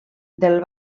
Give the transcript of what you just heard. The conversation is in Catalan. del